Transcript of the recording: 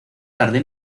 tarde